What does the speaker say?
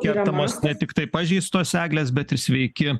kertamos ne tiktai pažeistos eglės bet ir sveiki